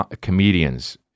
comedians